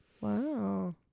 Wow